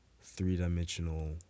three-dimensional